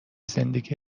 زندگی